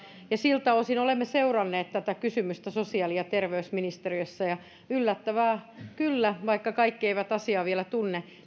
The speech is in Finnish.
siltä osin olemme seuranneet tätä kysymystä sosiaali ja terveysministeriössä ja yllättävää kyllä että vaikka kaikki eivät asiaa vielä tunne